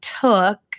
took